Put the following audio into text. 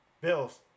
Bills